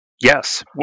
Yes